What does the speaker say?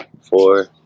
Four